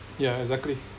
yeah exactly